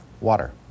water